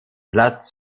platz